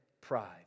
pride